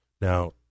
Now